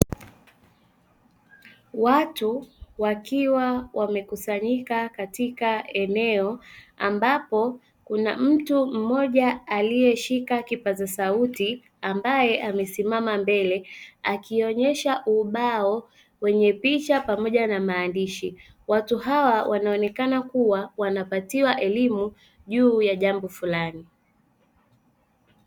Watu wakiwa wamekusanyika katika eneo ambapo kuna mtu mmoja aliyeshika kipaza sauti ambaye amesimama mbele akionyesha ubao wenye picha pamoja na maandishi watu hawa wanaonekana kuwa wanapatiwa elimu juu ya jambo fulani.